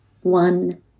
One